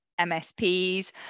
MSPs